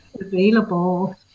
available